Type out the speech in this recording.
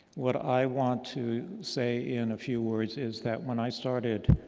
what i want to say, in a few words, is that when i started